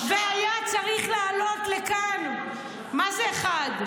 -- והיה צריך לעלות לכאן, מה זה אחד,